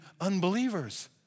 unbelievers